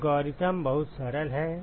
algorithm बहुत सरल है